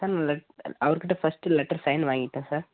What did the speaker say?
sir அவருகிட்டே first letter sign வாங்கிட்டேன் sir